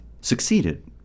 succeeded